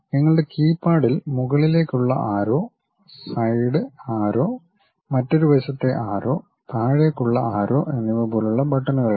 നിങ്ങളുടെ കീപാഡിൽ മുകളിലേക്കുള്ള ആരോ സൈഡ് ആരോ മറ്റൊരു വശത്തെ ആരോ താഴേക്കുള്ള ആരോ എന്നിവ പോലുള്ള ബട്ടണുകൾ ഉണ്ട്